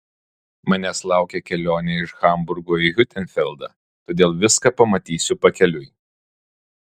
manęs laukia kelionė iš hamburgo į hiutenfeldą todėl viską pamatysiu pakeliui